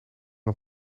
een